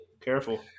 Careful